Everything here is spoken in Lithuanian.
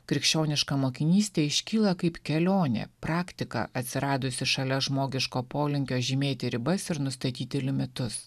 krikščioniška mokinystė iškyla kaip kelionė praktika atsiradusi šalia žmogiško polinkio žymėti ribas ir nustatyti limitus